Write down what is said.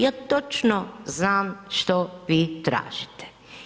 Ja točno znam što vi tražite.